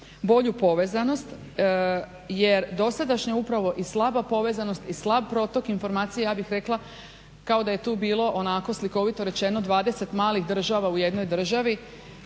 bolju povezanost jer dosadašnja, upravo i slaba povezanost i slab protok informacija, ja bih rekla kao da je tu bilo, onako slikovito rečeno 20 malih država u jednoj državi,